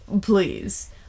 Please